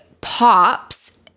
pops